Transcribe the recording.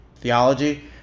Theology